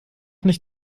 auch